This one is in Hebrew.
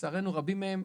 לצערנו רבים מהם,